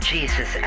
Jesus